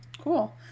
Cool